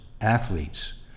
athletes